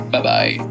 Bye-bye